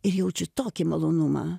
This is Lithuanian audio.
ir jaučiu tokį malonumą